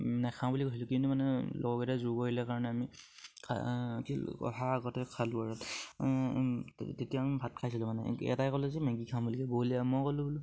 নেখাওঁ বুলি কৈছিলোঁ কিন্তু মানে লগৰ কেইটাই জোৰ কৰিলে কাৰণে তেতিয়া আমি ভাত খাইছিলোঁ মানে এটাই ক'লে যে মেগী খাওঁ বুলি